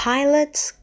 Pilot's